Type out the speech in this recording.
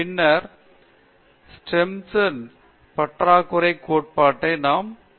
பின்னர் ஸ்டெர்ன்பெர்க்கின் Sternbergs படைப்பாற்றல் கோட்பாட்டை நாம் காண்கிறோம்